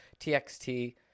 TXT